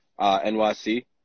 N-Y-C